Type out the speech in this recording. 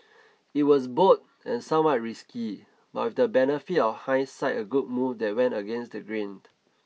it was bold and somewhat risky but with the benefit of hindsight a good move that went against the grain